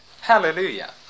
Hallelujah